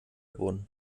wurden